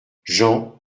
jean